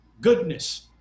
goodness